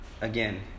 again